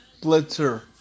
Blitzer